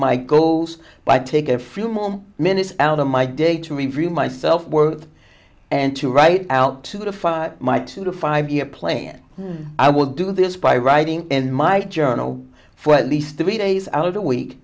my goals by taking a few more minutes out of my day to review my self worth and to write out my two to five year plan i will do this by writing in my journal for at least three days out of the week